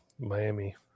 Miami